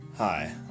Hi